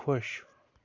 خۄش